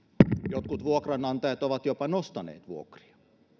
jotkut vuokranantajat ovat jopa nostaneet vuokria